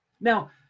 Now